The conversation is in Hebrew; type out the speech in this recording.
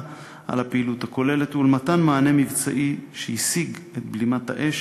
על הפעילות הכוללת ולמתן מענה מקצועי שהשיג את בלימת האש